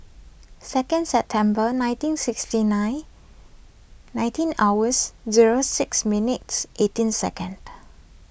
second September nineteen sixty nine nineteen hours zero six minutes eighteen second